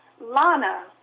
Lana